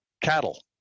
cattle